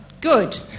Good